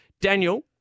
Daniel